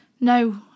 No